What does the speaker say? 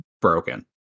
broken